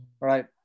right